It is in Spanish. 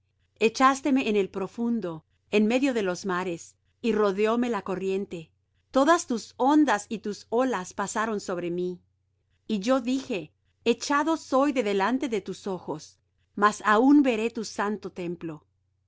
echásteme en el profundo en medio de los mares y rodeóme la corriente todas tus ondas y tus olas pasaron sobre mí y yo dije echado soy de delante de tus ojos mas aun veré tu santo templo